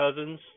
cousins